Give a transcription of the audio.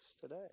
today